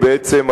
בעצם,